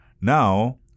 Now